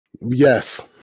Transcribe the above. Yes